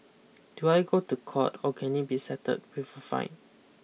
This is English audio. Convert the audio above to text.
do I go to court or can it be settled with a fine